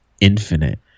Infinite